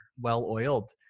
well-oiled